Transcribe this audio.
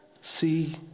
See